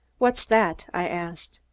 what's that? i asked.